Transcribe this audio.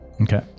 Okay